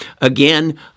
again